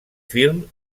film